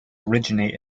originate